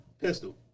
Pistol